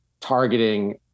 targeting